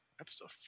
Episode